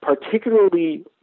particularly